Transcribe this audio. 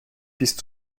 bist